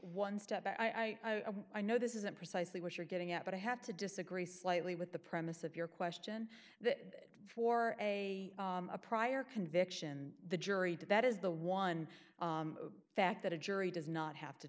one step back i i know this isn't precisely what you're getting at but i have to disagree slightly with the premise of your question that for a prior conviction the jury did that is the one fact that a jury does not have to